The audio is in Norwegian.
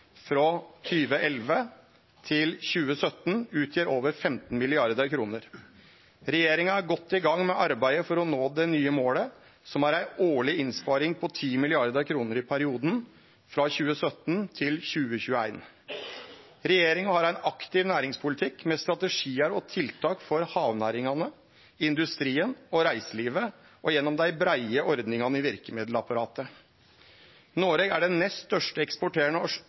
frå 2011 til 2017, utgjer over 15 mrd. kr. Regjeringa er godt i gang med arbeidet for å nå det nye målet, som er ei årleg innsparing på 10 mrd. kr i perioden frå 2017 til 2021. Regjeringa har ein aktiv næringspolitikk med strategiar og tiltak for havnæringane, industrien og reiselivet og gjennom dei breie ordningane i verkemiddelapparatet. Noreg er den nest største